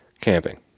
camping